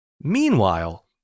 Meanwhile